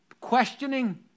questioning